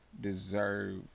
deserve